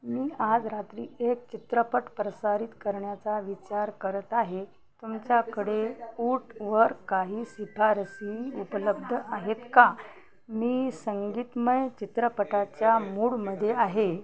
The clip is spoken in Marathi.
मी आज रात्री एक चित्रपट प्रसारित करण्याचा विचार करत आहे तुमच्याकडे वूटवर काही शिफारशी उपलब्ध आहेत का मी संगीतमय चित्रपटाच्या मूडमध्ये आहे